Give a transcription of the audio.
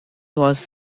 was